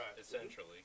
essentially